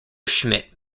schmidt